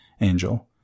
angel